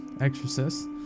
exorcist